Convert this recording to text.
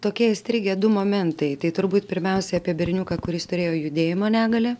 tokie įstrigę du momentai tai turbūt pirmiausiai apie berniuką kuris turėjo judėjimo negalią